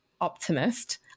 optimist